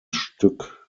stück